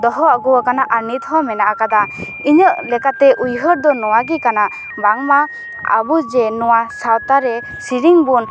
ᱫᱚᱦᱚ ᱟᱹᱜᱩᱣᱟᱠᱟᱱᱟ ᱟᱨ ᱱᱤᱛ ᱦᱚᱸ ᱢᱮᱱᱟᱜ ᱟᱠᱟᱫᱟ ᱤᱧᱟᱹᱜ ᱞᱮᱠᱟ ᱛᱮ ᱩᱭᱦᱟᱹᱨ ᱫᱚ ᱱᱚᱣᱟ ᱜᱮ ᱠᱟᱱᱟ ᱵᱟᱝᱢᱟ ᱟᱵᱚ ᱡᱮ ᱱᱚᱣᱟ ᱥᱟᱶᱛᱟ ᱨᱮ ᱥᱮᱨᱮᱧ ᱵᱚᱱ